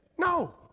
No